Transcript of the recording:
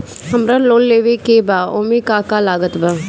हमरा लोन लेवे के बा ओमे का का लागत बा?